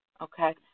okay